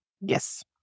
Yes